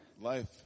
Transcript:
Life